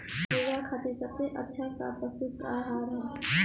मुर्गा खातिर सबसे अच्छा का पशु आहार बा?